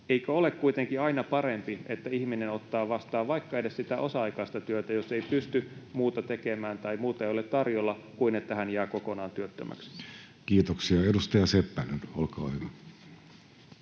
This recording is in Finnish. Eikö ole kuitenkin aina parempi, että ihminen ottaa vastaan vaikka edes sitä osa-aikaista työtä, jos ei pysty muuta tekemään tai muuta ei ole tarjolla, kuin että hän jää kokonaan työttömäksi? [Speech 465] Speaker: